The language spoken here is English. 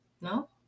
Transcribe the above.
No